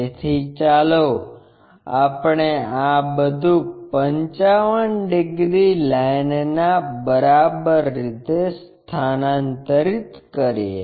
તેથી ચાલો આપણે આ બધું 55 ડિગ્રી લાઇન ના બરાબર રીતે સ્થાનાંતરિત કરીએ